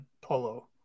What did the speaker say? polo